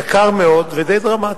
יקר מאוד ודי דרמטי.